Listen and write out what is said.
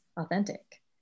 authentic